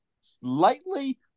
slightly